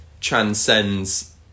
transcends